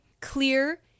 clear